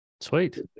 Sweet